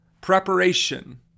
Preparation